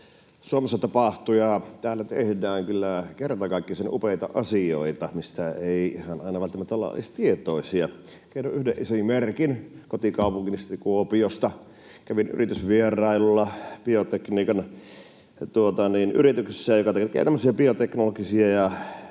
Suomessa tapahtuu ja täällä tehdään kyllä kertakaikkisen upeita asioita, mistä ei ihan aina välttämättä olla edes tietoisia. Kerron yhden esimerkin kotikaupungistani Kuopiosta. Kävin yritysvierailulla biotekniikan yrityksessä, joka tekee tämmöisiä bioteknologisia ja